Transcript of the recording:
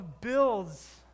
builds